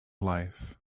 life